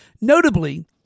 Notably